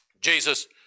Jesus